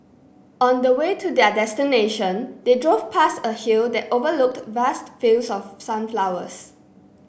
on the way to their destination they drove past a hill that overlooked vast fields of sunflowers